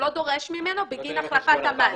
הוא לא דורש ממנו בגין הפרטת המים.